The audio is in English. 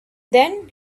then